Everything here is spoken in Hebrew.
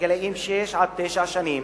בגילאים שש עד תשע שנים